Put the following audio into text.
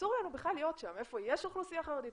אסור לנו בכלל להיות שם היכן יש אוכלוסייה חרדית,